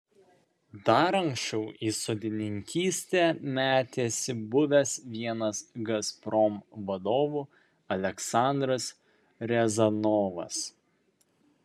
dar anksčiau į sodininkystę metėsi buvęs vienas gazprom vadovų aleksandras riazanovas